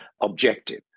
objective